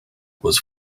was